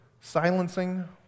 silencing